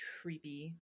creepy